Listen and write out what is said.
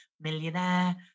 millionaire